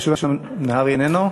משולם נהרי איננו.